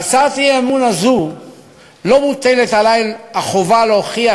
בהצעת האי-אמון הזו לא מוטלת עלי החובה להוכיח